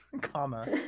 comma